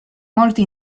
molti